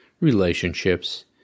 relationships